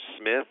Smith